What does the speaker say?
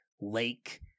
lake